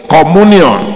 communion